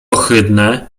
ohydne